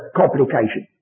complication